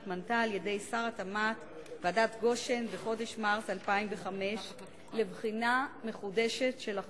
שהתמנתה על-ידי שר התמ"ת בחודש מרס 2005 לבחינה מחודשת של החוק.